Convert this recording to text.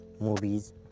movies